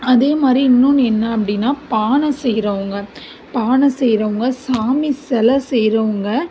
அதே மாதிரி இன்னொன்னு என்ன அப்படின்னா பானை செய்கிறவுங்க பானை செய்கிறவுங்க சாமி சில செய்கிறவுங்க